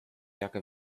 jacke